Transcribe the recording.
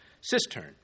cistern